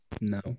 No